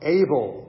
able